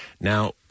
Now